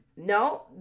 No